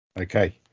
Okay